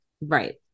Right